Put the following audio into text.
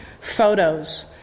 photos